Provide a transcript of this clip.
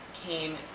came